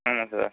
ஆமாம் சார்